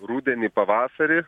rudenį pavasarį